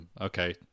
okay